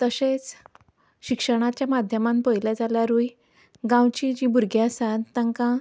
तशेंच शिक्षणाच्या माध्यमान पयलें जाल्यारूय गांवचीं जीं भुरगीं आसात तांकां